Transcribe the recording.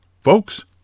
Folks